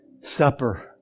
supper